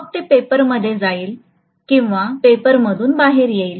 मग ते पेपरमध्ये जाईल किंवा पेपरमधून बाहेर येईल